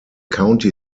county